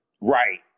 Right